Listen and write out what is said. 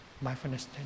mindfulness